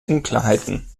unklarheiten